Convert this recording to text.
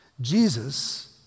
Jesus